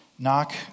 Knock